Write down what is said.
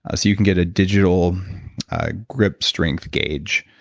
ah so you can get a digital grip strength gauge,